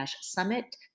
Summit